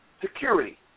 security